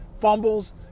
fumbles